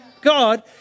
God